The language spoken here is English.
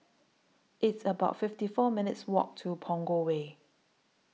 It's about fifty four minutes' Walk to Punggol Way